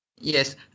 Yes